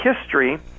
history